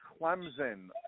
Clemson